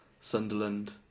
Sunderland